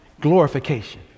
Glorification